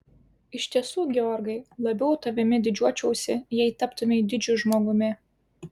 iš tiesų georgai labiau tavimi didžiuočiausi jei taptumei didžiu žmogumi